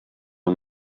yng